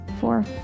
four